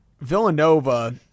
Villanova